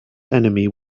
enemy